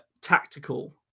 tactical